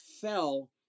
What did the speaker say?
fell